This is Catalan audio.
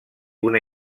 una